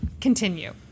continue